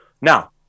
now